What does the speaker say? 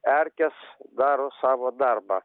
erkės daro savo darbą